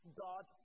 God